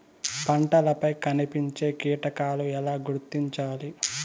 పంటలపై కనిపించే కీటకాలు ఎలా గుర్తించాలి?